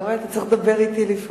אתה רואה, אתה צריך לדבר אתי לפעמים.